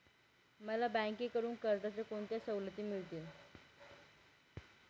मला बँकेकडून कर्जाच्या कोणत्या सवलती मिळतील?